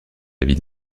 ville